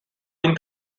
been